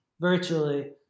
virtually